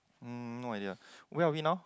hmm no idea where are we now